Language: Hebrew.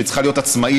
שצריכה להיות עצמאית.